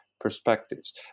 perspectives